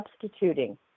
substituting